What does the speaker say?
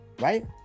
right